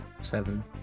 Seven